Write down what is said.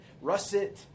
Russet